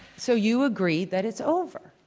so you agree that it's over.